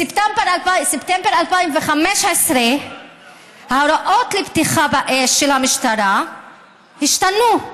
בספטמבר 2015 ההוראות לפתיחה באש של המשטרה השתנו,